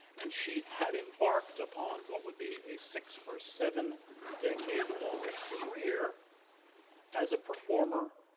and she had embarked upon what would be a six or seven decade long career as a performer,